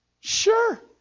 Sure